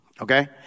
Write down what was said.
okay